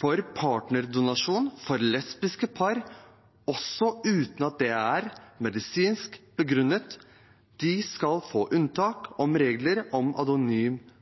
med partnerdonasjon for lesbiske par også uten at det er medisinsk begrunnet. De skal få unntak fra regler om